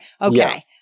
Okay